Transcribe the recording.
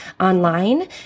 online